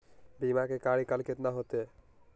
बीमा के कार्यकाल कितना होते?